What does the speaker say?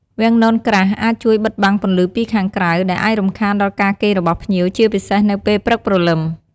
វាំងននក្រាស់អាចជួយបិទបាំងពន្លឺពីខាងក្រៅ ដែលអាចរំខានដល់ការគេងរបស់ភ្ញៀវ ជាពិសេសនៅពេលព្រឹកព្រលឹម។